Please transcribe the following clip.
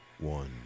One